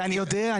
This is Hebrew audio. אני יודע.